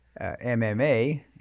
MMA